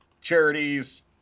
charities